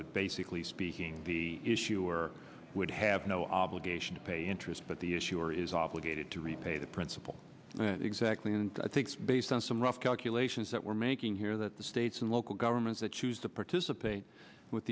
that basically speaking the issuer would have no obligation to pay interest but the issuer is obligated to repay the principal exactly and i think it's based on some rough calculations that we're making here that the states and local governments that choose to participate with